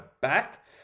back